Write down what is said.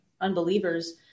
Unbelievers